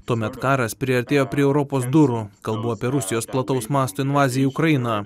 tuomet karas priartėjo prie europos durų kalbu apie rusijos plataus masto invaziją į ukrainą